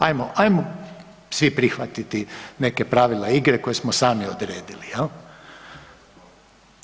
Ajmo, ajmo vi prihvatiti neke pravila igre koje smo sami odredili, je l'